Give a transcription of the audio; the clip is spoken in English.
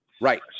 Right